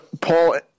Paul